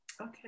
Okay